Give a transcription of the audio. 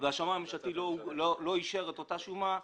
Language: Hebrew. והשמאי הממשלתי לא הגיב לאותה שומה,